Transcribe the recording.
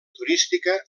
turística